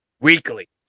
weekly